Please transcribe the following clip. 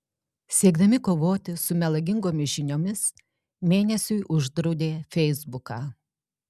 siekdami kovoti su melagingomis žiniomis mėnesiui uždraudė feisbuką